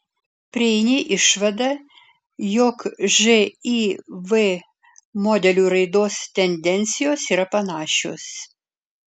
prieini išvadą jog živ modelių raidos tendencijos yra panašios